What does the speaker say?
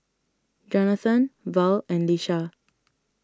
Jonathon Val and Lisha